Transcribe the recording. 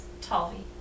Talvi